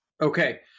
Okay